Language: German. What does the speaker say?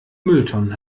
mülltonnen